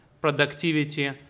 productivity